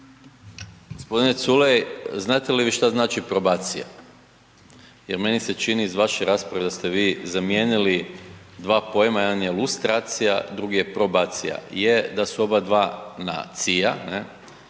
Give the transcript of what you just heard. Gospodine Culej znate li vi šta znači probacija? Jer meni se čini iz vaše rasprave da ste vi zamijenili dva pojma jedan je lustracija drugi je probacija. Je da su oba dva na cija